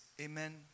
Amen